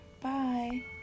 Bye